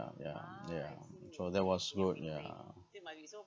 yeah yeah so that was good yeah